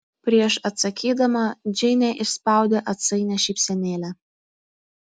prieš atsakydama džeinė išspaudė atsainią šypsenėlę